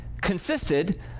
consisted